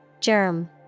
Germ